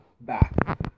back